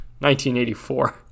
1984